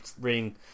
ring